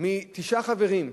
מתשעה חברים,